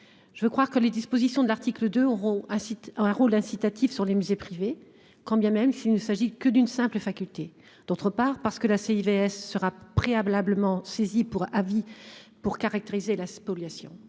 Je veux croire que les dispositions de l'article 2 auront ah un rôle incitatif sur les musées privés quand bien même s'il ne s'agit que d'une simple faculté d'autre part parce que la CI vs sera préalablement saisi pour avis, pour caractériser la spoliation